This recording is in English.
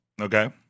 Okay